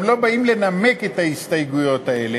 הם לא באים לנמק את ההסתייגויות האלה.